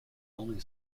only